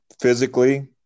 physically